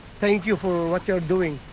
thank you for what you're doing.